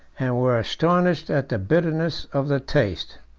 and were astonished at the bitterness of the taste.